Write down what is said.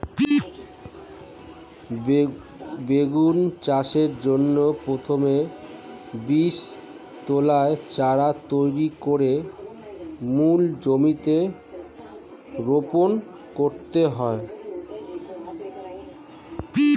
বেগুন চাষের জন্য প্রথমে বীজতলায় চারা তৈরি করে মূল জমিতে রোপণ করতে হয়